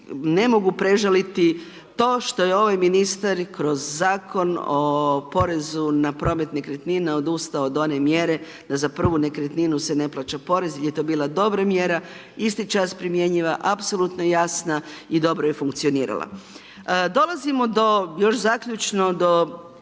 ne mogu prežaliti to što je ovaj ministar kroz zakon o porezu na promet nekretnina odustao od one mjere da za prvu nekretninu se ne plaća porez je to bila dobra mjera, isti čas primjenjiva, apsolutno jasna i dobro je funkcionirala. Dolazimo do još zaključno do